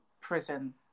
prison